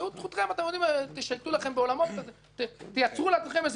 תשייטו לכם בעולמות ותייצרו לכם מודלים